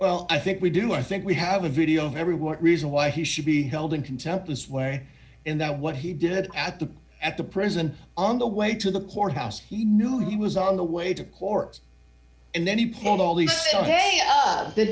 and i think we do i think we have a video of every what reason why he should be held in contempt this way and that what he did at the at the prison on the way to the courthouse he knew he was on the way to court and then he pulled all the